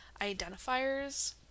identifiers